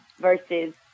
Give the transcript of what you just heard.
versus